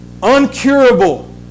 Uncurable